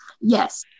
yes